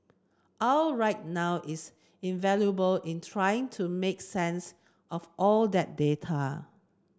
I'll right now is invaluable in trying to help make sense of all that data